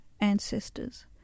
ancestors